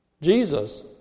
Jesus